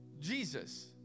Jesus